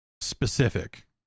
specific